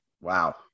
Wow